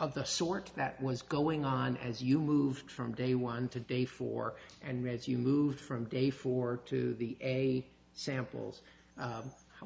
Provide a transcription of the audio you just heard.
of the sort that was going on as you moved from day one to day four and read you move from day four to the a samples